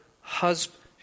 husband